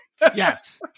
Yes